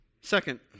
Second